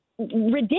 ridiculous